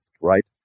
right